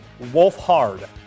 Wolfhard